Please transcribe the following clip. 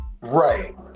Right